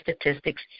statistics